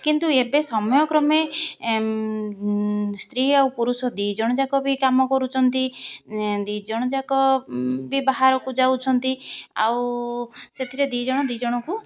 କିନ୍ତୁ ଏବେ ସମୟକ୍ରମେ ସ୍ତ୍ରୀ ଆଉ ପୁରୁଷ ଦୁଇ ଜଣ ଯାକ ବି କାମ କରୁଛନ୍ତି ଦୁଇ ଜଣ ଯାକ ବି ବାହାରକୁ ଯାଉଛନ୍ତି ଆଉ ସେଥିରେ ଦୁଇ ଜଣ ଦୁଇ ଜଣକୁ